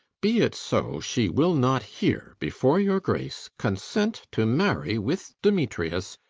be it so she will not here before your grace consent to marry with demetrius,